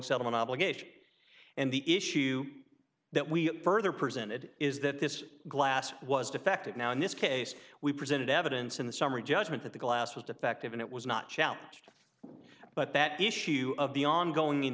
settling obligation and the issue that we further presented is that this glass was defective now in this case we presented evidence in the summary judgment that the glass was defective and it was not challenged but that the issue of the ongoing